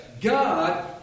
God